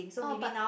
oh but